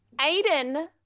Aiden